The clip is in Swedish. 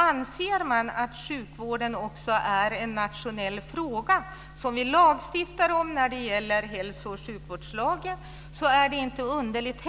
Anser man att sjukvården också är en nationell fråga som vi ska lagstifta om - det gäller hälso och sjukvårdslagen - är det inte heller underligt